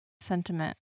sentiment